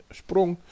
sprong